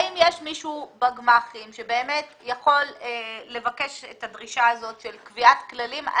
האם יש מישהו בגמ"חים שבאמת יכול לבקש את הדרישה הזאת של קביעת כללים.